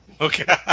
Okay